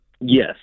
Yes